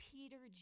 Peter